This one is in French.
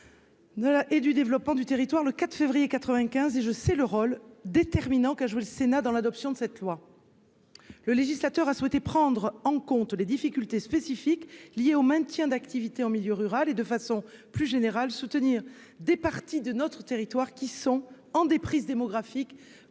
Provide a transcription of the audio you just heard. et du développement du territoire le 4 février 95 et je sais le rôle déterminant qu'a je vous le Sénat dans l'adoption de cette loi. Le législateur a souhaité prendre en compte les difficultés spécifiques liés au maintien d'activité en milieu rural, et de façon plus générale soutenir des parties de notre territoire qui sont en déprise démographique